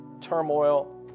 turmoil